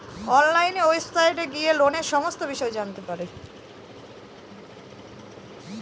online ওয়েবসাইটে গিয়ে লোনের সমস্ত বিষয় জানতে পাই